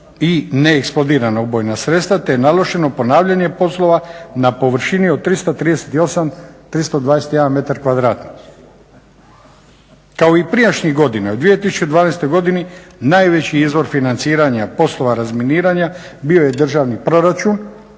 i neeksplodirana ubojna sredstva, te je naloženo ponavljanje poslova na površini od 338 321 m2. Kao i prijašnjih godina u 2012. godini najveći izvor financiranja poslova razminiranja bio je Državni proračun